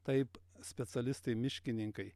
taip specialistai miškininkai